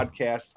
Podcast